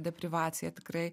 deprivacija tikrai